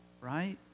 right